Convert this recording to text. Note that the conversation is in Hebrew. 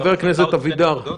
חבר הכנסת אבידר.